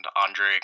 Andre